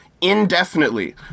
indefinitely